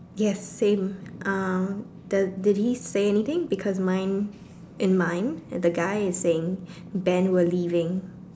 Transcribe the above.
yes same uh does did he say anything because mine in mine the guy is saying Ben we're leaving